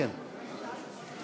של חבר הכנסת איימן